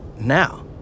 Now